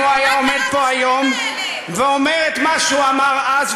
אם הוא היה עומד פה היום ואומר את מה שהוא אמר אז,